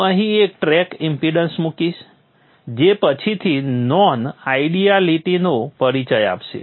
હું અહીં એક ટ્રેક ઇમ્પેડન્સ મુકીશ જે પછીથી નોન આઇડિયલિટીનો પરિચય આપશે